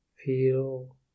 Feel